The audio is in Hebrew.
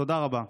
תודה רבה.